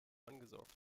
angesaugt